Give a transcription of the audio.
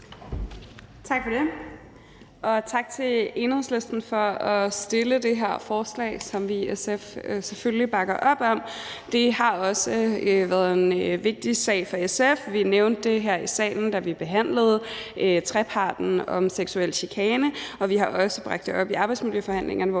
Tak for det,